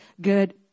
good